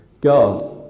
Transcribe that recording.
God